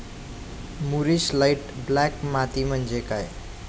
मूरिश light black माती म्हणजे काय?